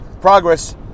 Progress